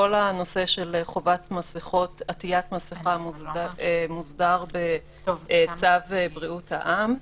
כל הנושא של חובת עטיית מסיכה מוסדר בצו בריאות העם,